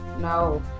no